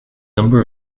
number